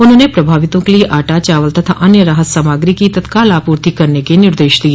उन्होंने प्रभावितों के लिए आटा चावल तथा अन्य राहत सामग्री की तत्काल आपूर्ति करने के निर्देश दिए